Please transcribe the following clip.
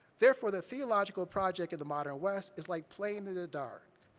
therefore, the theological project in the modern west is like playing in the dark,